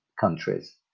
countries